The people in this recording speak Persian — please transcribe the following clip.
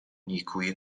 نیکویی